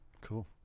cool